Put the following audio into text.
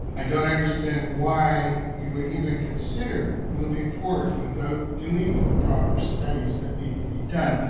i don't understand why you would even consider moving toward without doing the proper studies that need to be done.